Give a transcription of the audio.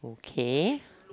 okay